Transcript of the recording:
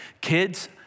Kids